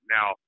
Now